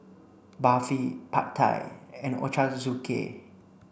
Barfi Pad Thai and Ochazuke